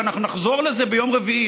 ואנחנו נחזור לזה ביום רביעי,